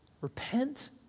Repent